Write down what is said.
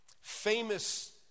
famous